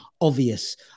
obvious